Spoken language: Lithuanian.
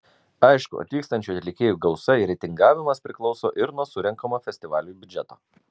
aišku atvykstančių atlikėjų gausa ir reitingavimas priklauso ir nuo surenkamo festivaliui biudžeto